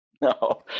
No